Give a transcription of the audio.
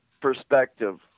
perspective